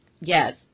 Yes